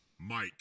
Mike